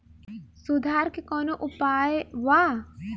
सुधार के कौनोउपाय वा?